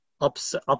upset